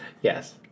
Yes